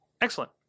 excellent